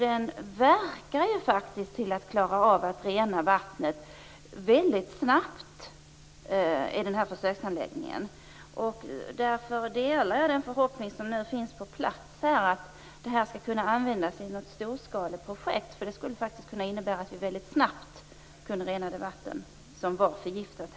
Den verkar faktiskt klara av att rena vattnet mycket snabbt i försöksanläggningen. Därför delar jag den förhoppning som nu finns på plats att detta skall kunna användas i något storskaligt projekt. Det skulle faktiskt kunna innebära att man väldigt snabbt kan rena det vatten som har blivit förgiftat.